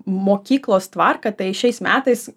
mokyklos tvarką tai šiais metais